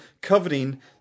coveting